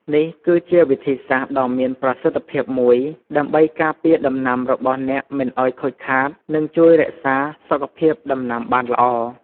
នេះគឺជាវិធីសាស្រ្តដ៏មានប្រសិទ្ធភាពមួយដើម្បីការពារដំណាំរបស់អ្នកមិនឲ្យខូចខាត និងជួយរក្សាសុខភាពដំណាំបានល្អ។